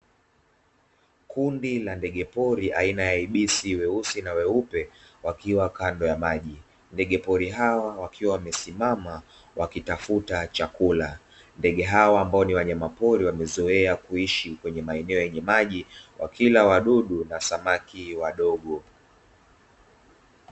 Kundi la ndegepori aina ya Ibisi weusi na weupe wakiwa kando ya maji, ndegepori hawa wakiwa wamesimama wakitafuta chakula, ndege hawa ambao ni wanyamapori wamezoea kuishi kwenye maeneo yeneye maji, wakila wadudu na samaki wadogo.